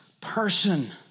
person